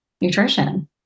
nutrition